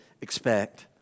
expect